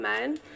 men